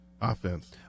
offense